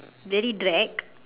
very drag